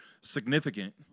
significant